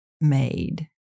made